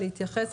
להתייחס.